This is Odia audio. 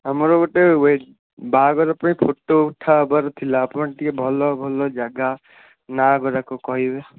ଆମର ଗୋଟେ ବାହାଘର ପାଇଁ ଫଟୋ ଉଠା ହେବାର ଥିଲା ଆପଣ ଟିକେ ଭଲ ଭଲ ଜାଗା ନାଁ ଗୁଡ଼ାକ କହିବେ